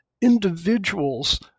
individuals